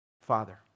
Father